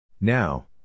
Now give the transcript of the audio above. Now